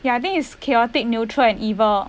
ya I think is chaotic neutral and evil